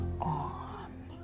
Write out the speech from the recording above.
on